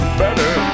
better